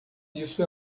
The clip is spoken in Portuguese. isso